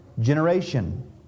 generation